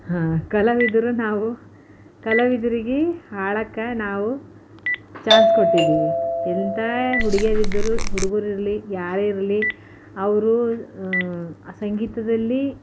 ಕಲಾವಿದ್ರು ನಾವು ಕಲಾವಿದರಿಗೆ ಹಾಡಕ್ಕ ನಾವು ಚಾನ್ಸ್ ಕೊಟ್ಟಿದ್ದೀವಿ ಎಂಥ ಹುಡ್ಗಿಯರು ಇದ್ದರೂ ಹುಡ್ಗರು ಇರಲಿ ಯಾರೇ ಇರಲಿ ಅವರು ಸಂಗೀತದಲ್ಲಿ